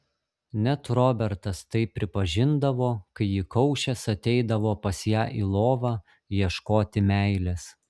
net robertas tai pripažindavo kai įkaušęs ateidavo pas ją į lovą ieškoti meilės